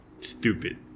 Stupid